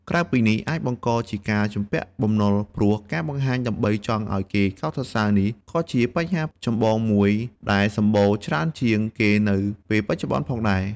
ក្រៅពីនេះអាចបង្កជាការជំពាក់បំណុលព្រោះការបង្ហាញដើម្បីចង់ឲ្យគេកោតសរសើរនេះក៏ជាបញ្ហាចម្បងមួយដែលសំបូរច្រើនជាងគេនៅពេលបច្ចុប្បន្នផងដែរ។